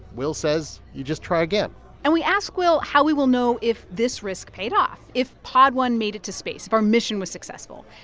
will says, you just try again and we ask will how we will know if this risk paid off, if pod one made it to space, if our mission was successful.